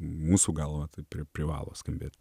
mūsų galva tai pri privalo skambėt